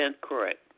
correct